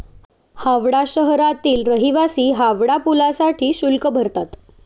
हावडा शहरातील रहिवासी हावडा पुलासाठी शुल्क भरतात